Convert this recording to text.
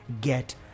get